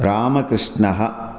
रामकृष्णः